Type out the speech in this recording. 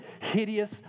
hideous